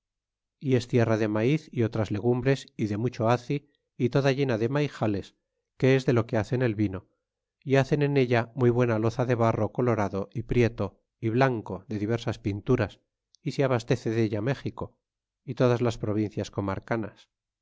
y es tierra de maiz é otras legumbres e de mucho azi y toda llena de maijales que es de lo que hacen el vino é hacen en ella muy buena loza de barro colorado é prieto é blanco de diversas pinturas é se bastece della méxico y todas las provincias comarcanas